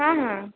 हाँ हाँ